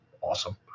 awesome